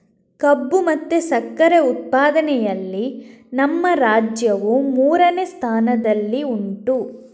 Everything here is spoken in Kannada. ಕಬ್ಬು ಮತ್ತೆ ಸಕ್ಕರೆ ಉತ್ಪಾದನೆಯಲ್ಲಿ ನಮ್ಮ ರಾಜ್ಯವು ಮೂರನೇ ಸ್ಥಾನದಲ್ಲಿ ಉಂಟು